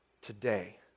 today